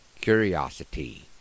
curiosity